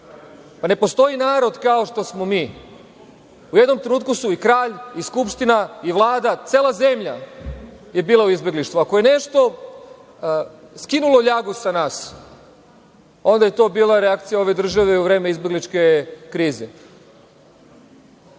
Ne postoji narod kao što smo mi. U jednom trenutku su i kralj i Skupština i Vlada, cela zemlja je bila u izbeglištvu. Ako je nešto skinulo ljagu sa nas, onda je to bila reakcija ove države u vreme izbegličke krize. Puno